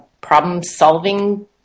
problem-solving